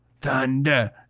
Thunder